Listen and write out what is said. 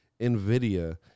NVIDIA